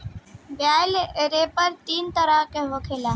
बेल wrapper तीन तरह के होला